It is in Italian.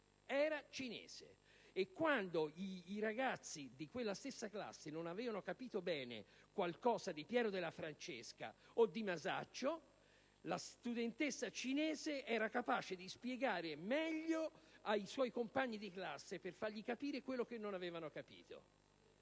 sissignore! E quando i ragazzi di quella stessa classe non avevano capito bene qualcosa di Piero della Francesca o di Masaccio, la studentessa cinese era capace di spiegare meglio ai suoi compagni di classe per far loro capire quello che non avevano capito.